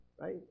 right